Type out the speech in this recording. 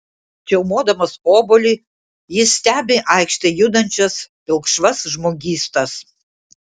čiaumodamas obuolį jis stebi aikšte judančias pilkšvas žmogystas